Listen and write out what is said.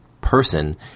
person